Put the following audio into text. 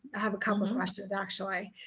i have a couple of questions, actually.